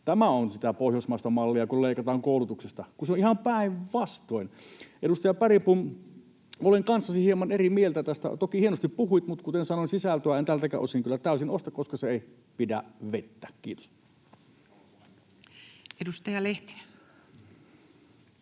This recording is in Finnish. tämä on sitä pohjoismaista mallia, kun leikataan koulutuksesta, kun se on ihan päinvastoin. [Miko Bergbom: Ei!] Edustaja Bergbom, olen kanssasi hieman eri mieltä tästä. Toki hienosti puhuit, mutta kuten sanoin, sisältöä en tältäkään osin kyllä täysin osta, koska se ei pidä vettä. — Kiitos. [Speech